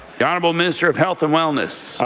the honourable minister of health and wellness.